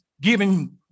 giving